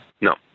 No